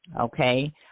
Okay